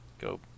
go